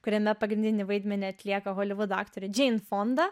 kuriame pagrindinį vaidmenį atlieka holivudo aktorė džein fonda